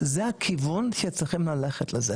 זה הכיוון שצריכים ללכת אליו.